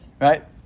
right